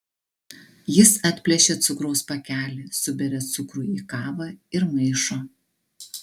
jis atplėšia cukraus pakelį suberia cukrų į kavą ir maišo